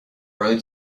rode